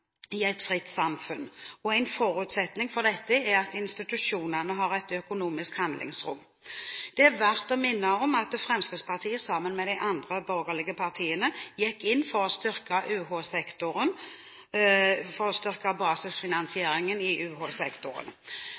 i et fritt samfunn, og en forutsetning for dette er at institusjonene har et økonomisk handlingsrom. Det er verdt å minne om at Fremskrittspartiet, sammen med de andre borgerlige partiene, gikk inn for å styrke